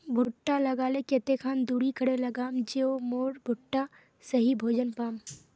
भुट्टा लगा ले कते खान दूरी करे लगाम ज मोर भुट्टा सही भोजन पाम?